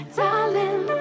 darling